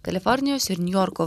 kalifornijos ir niujorko